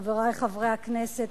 חברי חברי הכנסת,